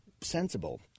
sensible